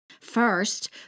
First